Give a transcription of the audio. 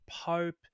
Pope